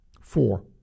Four